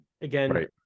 again